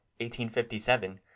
1857